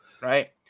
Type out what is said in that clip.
right